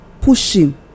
pushing